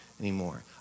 anymore